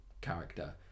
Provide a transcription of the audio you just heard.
character